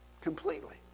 Completely